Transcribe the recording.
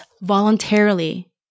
voluntarily